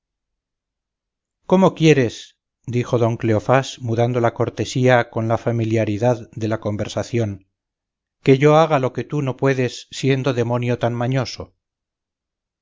cómo quieres dijo don cleofás mudando la cortesía con la familiaridad de la conversación que yo haga lo que tú no puedes siendo demonio tan mañoso